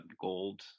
gold